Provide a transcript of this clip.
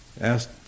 asked